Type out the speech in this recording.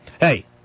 hey